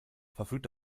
verfügt